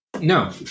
No